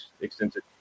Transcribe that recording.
Extensive